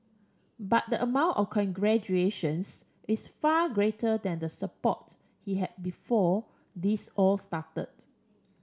but the amount of congratulations is far greater than the support he had before this all started